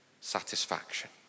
satisfaction